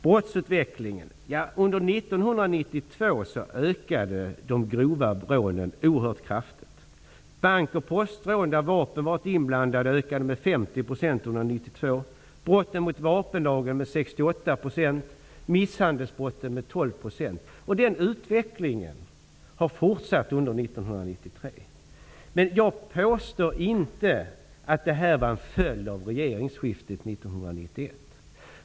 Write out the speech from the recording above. Brottsutvecklingen har varit den att de grova rånen ökade oerhört kraftigt under 1992. Bank och postrån där vapen varit inblandade ökade med 68 % och misshandelsbrotten med 12 %. Den utvecklingen har fortsatt under 1993. Jag påstår inte att det här är en följd av regeringsskiftet 1991.